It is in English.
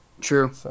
True